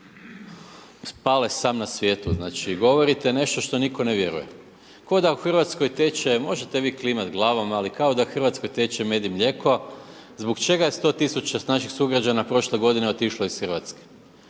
Pale sam na svijetu, znači govorite nešto što nitko ne vjeruje. Kao da u Hrvatskoj teče, možete vi klimati glavom, ali kao da u Hrvatskoj teče med i mlijeko. Zbog čega je 100 tisuća naših sugrađana prošle godine otišlo iz Hrvatske